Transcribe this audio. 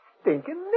stinking